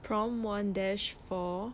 prompt one dash four